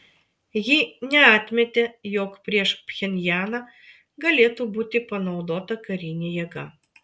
ji neatmetė jog prieš pchenjaną galėtų būti panaudota karinė jėga